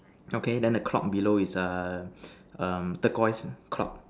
okay then the clock below is err um turquoise clock